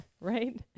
right